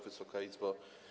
Wysoka Izbo!